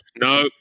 No